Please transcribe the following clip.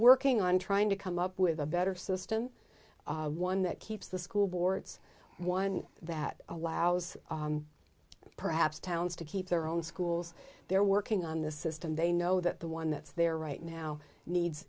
working on trying to come up with a better system one that keeps the school boards one that allows perhaps towns to keep their own schools they're working on this system they know that the one that's there right now needs